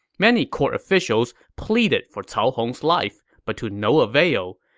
many court officials pleaded for cao hong's life, but to no avail.